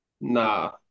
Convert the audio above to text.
nah